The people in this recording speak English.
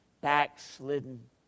backslidden